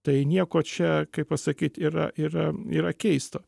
tai nieko čia kaip pasakyt yra yra yra keista